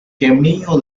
cameo